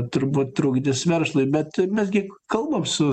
turbūt trukdis verslui bet mes gi kalbam su